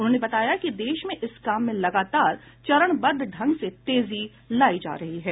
उन्होंने बताया कि देश में इस काम में लगातार चरणबद्ध ढंग से तेजी लायी जा रहा है